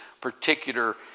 particular